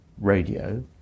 radio